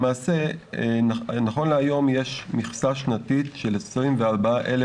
למעשה נכון להיום יש מכסה שנתית של 24,000